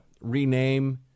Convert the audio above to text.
rename